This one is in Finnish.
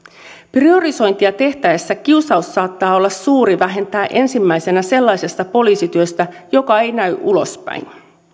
priorisointia tehtäessä kiusaus saattaa olla suuri vähentää ensimmäisenä sellaisesta poliisityöstä joka ei näy ulospäin